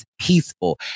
peaceful